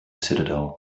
citadel